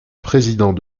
président